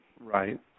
Right